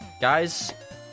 guys